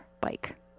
bike